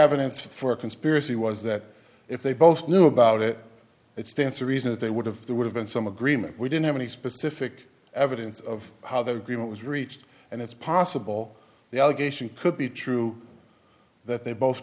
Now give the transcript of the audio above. evidence for conspiracy was that if they both knew about it it stands to reason that they would have that would have been some agreement we didn't have any specific evidence of how the agreement was reached and it's possible the allegation could be true that they both